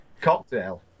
Cocktail